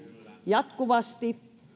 jatkuvasti